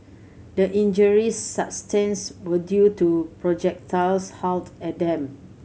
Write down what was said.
the injuries sustains were due to projectiles hurled at them